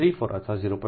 34 અથવા 0